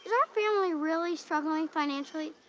our family really struggling financially?